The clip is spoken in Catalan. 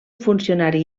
funcionari